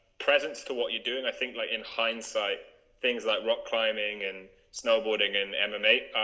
presence to what you're doing, i think like in hindsight things like rock climbing and snowboarding and and mma